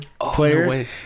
player